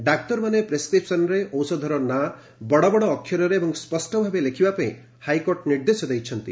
ଡାକ୍ତରମାନେ ପ୍ରେସ୍କ୍ରିପ୍ସନ୍ରେ ଔଷଧର ନାଁ ବଡ଼ ବଡ଼ ଅକ୍ଷରରେ ଏବଂ ସ୍ୱଷ ଭାବେ ଲେଖିବା ପାଇଁ ହାଇକୋର୍ଚ ନିର୍ଦ୍ଦେଶ ଦେଇଛନ୍ତି